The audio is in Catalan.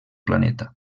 planeta